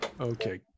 Okay